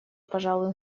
пожалуй